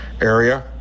area